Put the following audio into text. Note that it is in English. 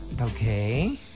Okay